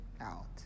out